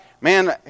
man